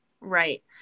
Right